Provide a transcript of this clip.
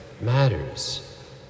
matters